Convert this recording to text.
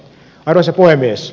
arvoisa puhemies